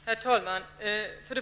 Herr talman!